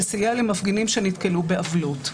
שסייע למפגינים שנתקלו בעוולות.